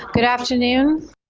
good afternoon.